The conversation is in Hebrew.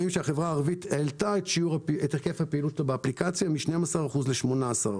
רואים שהחברה הערבית העלתה את היקף הפעילות באפליקציה מ-12% ל-18%.